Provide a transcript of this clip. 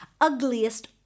ugliest